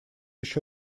еще